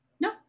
No